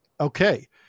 Okay